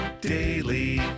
daily